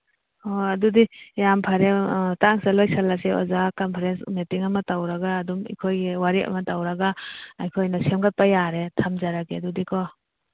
ꯍꯣ ꯑꯗꯨꯗꯤ ꯌꯥꯝ ꯐꯔꯦ ꯑꯥ ꯃꯇꯥꯡꯁꯤꯗ ꯂꯣꯏꯁꯤꯜꯂꯁꯦ ꯑꯣꯖꯥ ꯀꯟꯐ꯭ꯔꯦꯟꯁ ꯃꯤꯇꯤꯡ ꯑꯃ ꯇꯧꯔꯒ ꯑꯗꯨꯝ ꯑꯩꯈꯣꯏꯒꯤ ꯋꯥꯔꯦꯞ ꯑꯃ ꯇꯧꯔꯒ ꯑꯩꯈꯣꯏꯅ ꯁꯦꯝꯒꯠꯄ ꯌꯥꯔꯦ ꯊꯝꯖꯔꯒꯦ ꯑꯗꯨꯗꯤꯀꯣ